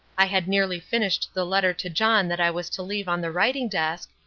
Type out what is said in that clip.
i had nearly finished the letter to john that i was to leave on the writing-desk,